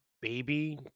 baby